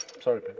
Sorry